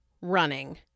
running